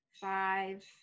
five